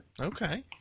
Okay